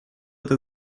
это